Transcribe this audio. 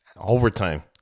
overtime